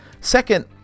Second